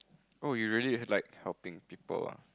oh you really like helping people ah